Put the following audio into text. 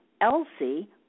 Elsie